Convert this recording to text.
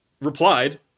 replied